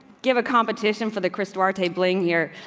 give a competition for the crystal art a bling year.